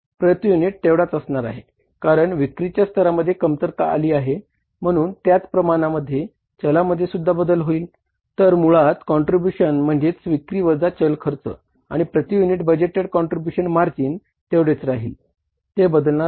म्हणून काँट्रीब्युशन तेवढेच राहील ते बदलणार नाही